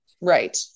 Right